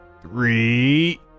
three